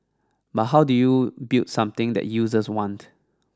but how do you build something that users want